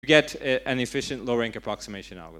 ‫למצוא ? יעיל